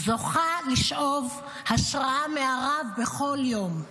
זוכה לשאוב השראה מהרב בכל יום.